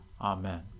Amen